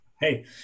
hey